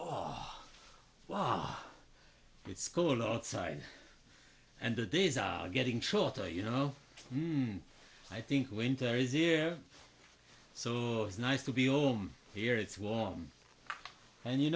oh wow it's cold outside and the days are getting shorter you know and i think winter is here so it's nice to be oh i'm here it's warm and you